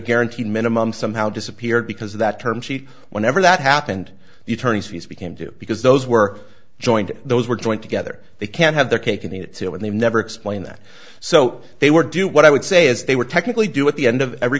guaranteed minimum somehow disappeared because that term sheet whenever that happened the attorney's fees became too because those were joint those were joined together they can't have their cake and eat it too and they've never explained that so they were do what i would say is they were technically due at the end of every